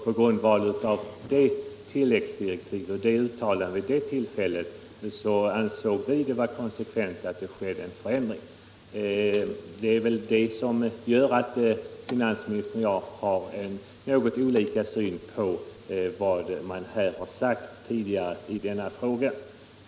På grundval av tilläggsdirektiven och uttalandet vid det tillfället ansåg vi det vara konsekvent med en förändring redan i höst, vilket också riksdagen avsåg. De olika utgångspunkterna gör att finansministern och jag har något olika syn på vad som har sagts tidigare i denna fråga.